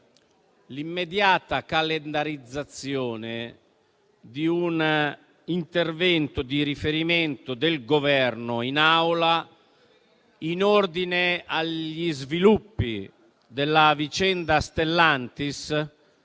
l'immediata calendarizzazione di un intervento del Governo in Aula per riferire in ordine agli sviluppi della vicenda Stellantis